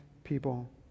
People